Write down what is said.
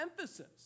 emphasis